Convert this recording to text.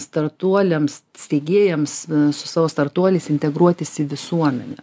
startuoliams steigėjams su savo startuoliais integruotis į visuomenę